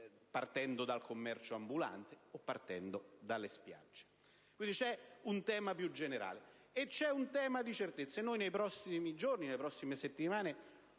partendo dal commercio ambulante o dalle spiagge. C'è quindi un tema più generale ed un tema di certezze. Nei prossimi giorni e nelle prossime settimane